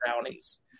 brownies